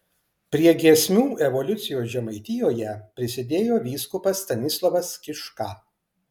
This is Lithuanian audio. prie giesmių evoliucijos žemaitijoje prisidėjo vyskupas stanislovas kiška